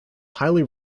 highly